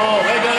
רגע,